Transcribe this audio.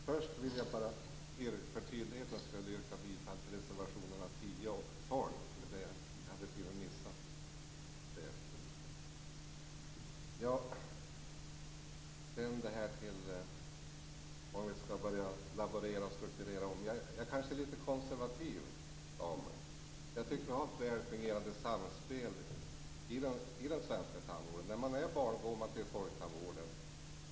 Fru talman! Först vill jag för tydlighetens skull yrka bifall till reservationerna nr 10 och 12, eftersom jag tydligen hade missat det. När det gäller om man skall laborera och omstrukturera är jag konservativ av mig. Jag tycker att vi har ett väl fungerande samspel i den svenska tandvården. Är man barn, då går man till folktandvården.